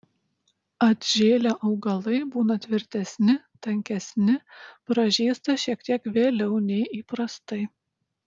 atžėlę augalai būna tvirtesni tankesni pražysta šiek tiek vėliau nei įprastai